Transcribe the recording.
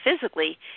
physically